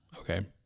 Okay